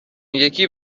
یکی